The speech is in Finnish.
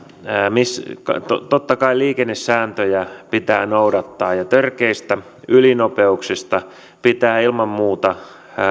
totta kai liikennesääntöjä pitää noudattaa ja törkeistä ylinopeuksista pitää ilman muuta